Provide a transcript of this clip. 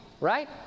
right